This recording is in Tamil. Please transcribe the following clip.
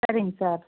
சரிங்க சார்